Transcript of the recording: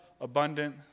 abundant